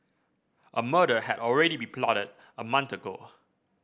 a murder had already been plotted a month ago